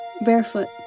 barefoot